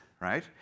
right